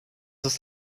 ist